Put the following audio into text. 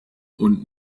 und